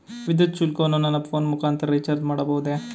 ವಿದ್ಯುತ್ ಶುಲ್ಕವನ್ನು ನನ್ನ ಫೋನ್ ಮುಖಾಂತರ ರಿಚಾರ್ಜ್ ಮಾಡಬಹುದೇ?